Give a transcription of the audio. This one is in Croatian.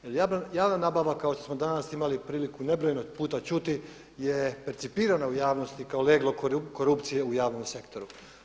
Javna nabava kao što smo danas imali priliku nebrojeno puta čuti je percipirana u javnosti kao leglo korupcije u javnom sektoru.